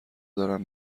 دارن